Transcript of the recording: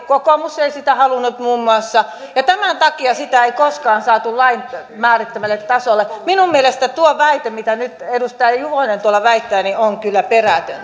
kokoomus ei sitä halunnut muun muassa ja tämän takia sitä ei koskaan saatu lain määrittämälle tasolle minun mielestäni tuo väite mitä nyt edustaja juvonen väittää on kyllä perätön